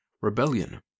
rebellion